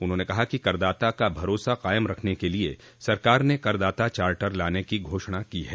उन्होंने कहा कि करदाता का भरोसा कायम रखने के लिए सरकार ने कर दाता चार्टर लाने की घोषणा की है